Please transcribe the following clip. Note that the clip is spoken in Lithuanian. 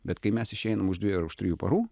bet kai mes išeinam už dviejų ar už trijų parų